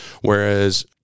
whereas